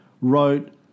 wrote